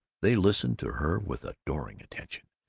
they listened to her with adoring attention.